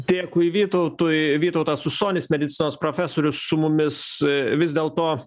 dėkui vytautui vytautas usonis medicinos profesorius su mumis vis dėl to